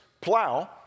plow